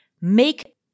make